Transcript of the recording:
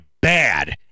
bad